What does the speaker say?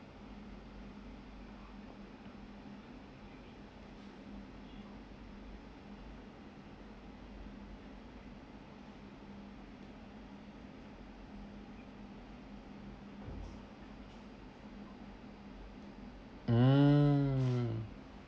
mm